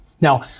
Now